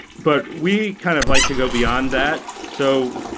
but we kind of like to go beyond that. so,